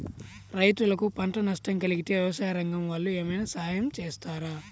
రైతులకు పంట నష్టం కలిగితే వ్యవసాయ రంగం వాళ్ళు ఏమైనా సహాయం చేస్తారా?